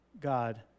God